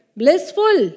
blissful